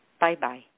Bye-bye